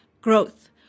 growth